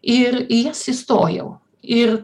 ir į jas įstojau ir